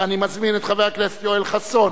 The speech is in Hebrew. אני מזמין את חבר הכנסת יואל חסון